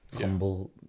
humble